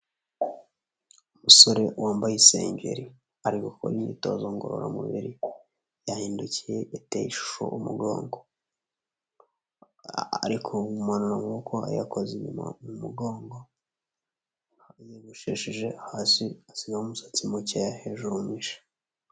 Umusore wambaye isengeri ari gukora imyitozo ngoramubiri, yahindukiye yateye ishusho umugongo ari kumanura amaboko inyuma kumugongo, yiyogoshesheje hasi asigaho umusatsi muke hejuru mwinshi.